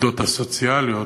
העובדות הסוציאליות,